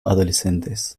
adolescentes